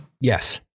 Yes